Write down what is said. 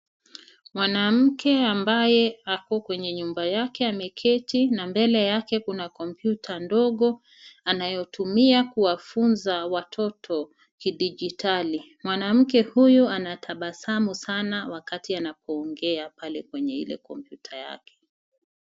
Mwanamke ambaye ako kwenye nyumba yake ameketi na mbele yake kuna kompyuta ndogo anayotumia kuwafunza watoto kidijitali. Mwanamke huyu anatabasamu sana wakati anapoongea pale kwenye ile kompyuta yake.